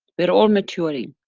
we're all maturing.